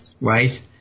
Right